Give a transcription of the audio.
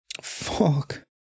Fuck